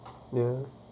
ya